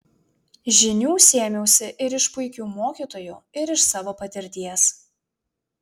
žinių sėmiausi ir iš puikių mokytojų ir iš savo patirties